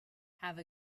have